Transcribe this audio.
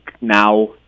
now